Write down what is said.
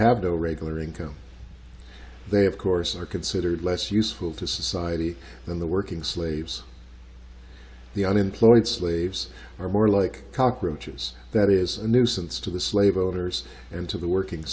have no regular income they of course are considered less useful to society than the working slaves the unemployment slaves are more like cockroaches that is a nuisance to the slave owners and to the working